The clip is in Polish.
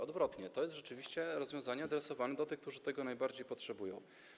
Odwrotnie, to jest rzeczywiście rozwiązanie adresowane do tych, którzy tego najbardziej potrzebują.